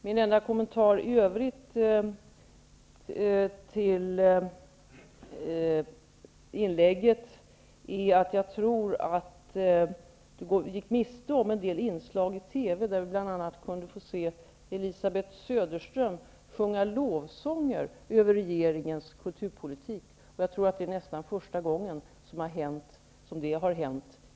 Min enda kommentar i övrigt till det senaste inlägget är att jag tror att Elisabeth Persson gick miste om ett inslag i TV där man bl.a. kunde få se Elisabeth Söderström sjunga lovsånger över regeringens kulturpolitik. Jag tror att det är första gången i historien som det har hänt.